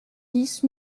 dix